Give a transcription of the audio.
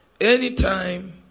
anytime